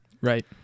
Right